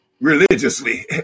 religiously